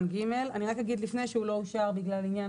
אני רק אגיד לפני שהוא לא אושר בגלל עניין